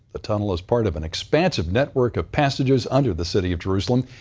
the tunnel is part of an expansive network of passages under the city of jerusalem.